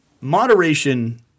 moderation